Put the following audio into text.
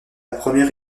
première